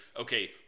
okay